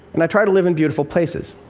and i try to live in beautiful places.